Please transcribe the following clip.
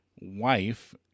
wife